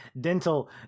Dental